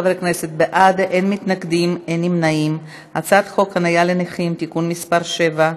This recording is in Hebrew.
את הצעת חוק חניה לנכים (תיקון מס' 7)